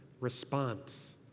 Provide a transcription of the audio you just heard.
response